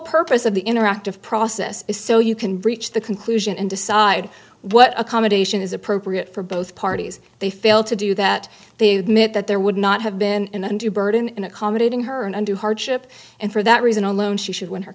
purpose of the interactive process is so you can reach the conclusion and decide what accommodation is appropriate for both parties they failed to do that the myth that there would not have been undue burden in accommodating her and undue hardship and for that reason alone she should win her